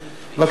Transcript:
בבקשה.